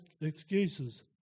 excuses